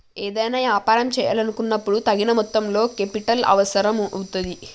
ఏదైనా యాపారం చేయాలనుకున్నపుడు తగిన మొత్తంలో కేపిటల్ అవసరం అవుతుంది